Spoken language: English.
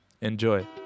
Enjoy